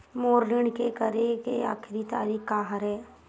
मोर ऋण के करे के आखिरी तारीक का हरे?